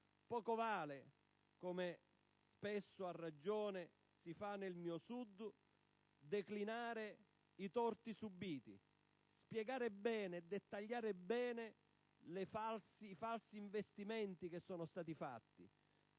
poco vale, come spesso e a ragione si fa nel mio Sud, declinare i torti subiti, spiegare e dettagliare bene i falsi investimenti che sono stati fatti.